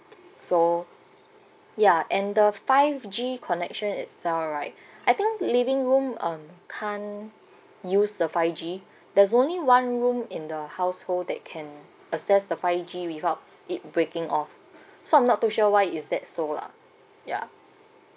so ya and the five G connection itself right I think living room um can't use the five G there's only one room in the household that can access the five G without it breaking off so I'm not too sure why is that so lah ya